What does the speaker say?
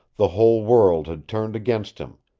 the whole world had turned against him,